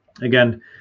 again